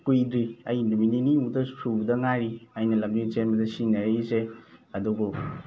ꯀꯨꯏꯗ꯭ꯔꯤ ꯑꯩ ꯅꯨꯃꯤꯠ ꯅꯤꯅꯤꯃꯨꯛꯇ ꯁꯨꯕꯗ ꯉꯥꯏꯔꯤ ꯑꯩꯅ ꯂꯝꯖꯦꯟ ꯆꯦꯟꯕꯗ ꯁꯤꯖꯤꯟꯅꯛꯏꯁꯦ ꯑꯗꯨꯕꯨ